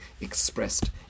expressed